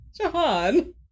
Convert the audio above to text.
Jahan